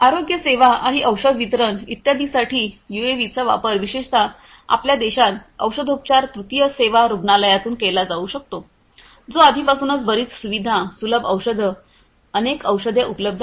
आरोग्य सेवा आणि औषध वितरण इत्यादींसाठी यूएव्हीचा वापर विशेषत आपल्या देशात औषधोपचार तृतीय सेवा रुग्णालयातून केला जाऊ शकतो जो आधीपासूनच बरीच सुविधा सुलभ औषधं अनेक औषधे उपलब्ध आहे